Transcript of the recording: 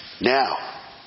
Now